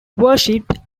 worshipped